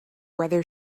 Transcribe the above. whether